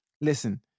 listen